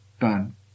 done